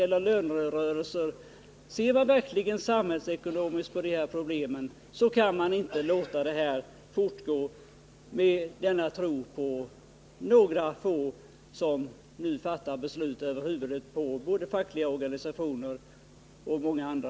vilket man ju gärna gör när det gäller lönerörelser, kan man inte låta det fortgå med denna tro pa några få som fattar beslut över huvudet på både fackliga organisationer och många andra.